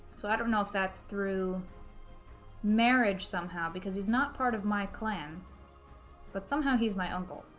so i don't know if that's through marriage somehow, because he's not part of my clan but somehow he's my uncle,